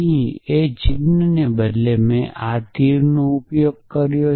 અહીં તે ચિહ્નને બદલે તીરનો ઉપયોગ કરો